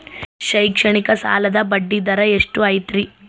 ಶೈಕ್ಷಣಿಕ ಸಾಲದ ಬಡ್ಡಿ ದರ ಎಷ್ಟು ಐತ್ರಿ?